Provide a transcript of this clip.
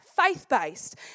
faith-based